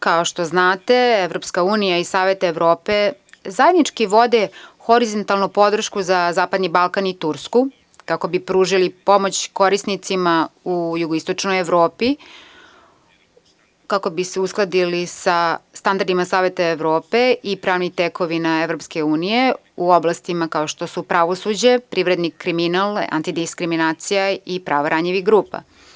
Kao što znate, Evropska unija i Savet Evrope zajednički vode horizontalnu podršku za zapadni Balkan i Tursku kako bi pružili pomoć korisnicima u jugoistočnoj Evropi, kako bi se uskladili sa standardima Saveta Evrope i pravnim tekovinama Evropske unije u oblastima kao što su pravosuđe, privredni kriminal, antidiskriminacija i prava ranjivih grupa.